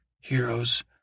Heroes